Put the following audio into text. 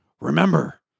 remember